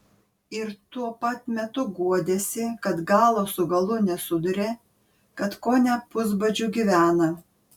ir tuo pat metu guodėsi kad galo su galu nesuduria kad kone pusbadžiu gyvena